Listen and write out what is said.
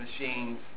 machines